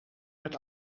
met